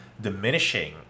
diminishing